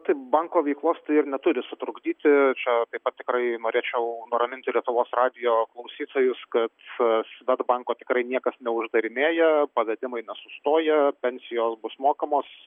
tai banko veiklos tai ir neturi sutrukdyti čia tai tikrai norėčiau nuraminti lietuvos radijo klausytojus kad svedbanko tikrai niekas neuždarinėja pavedimai nesustoja pensijos bus mokamos